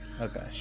Okay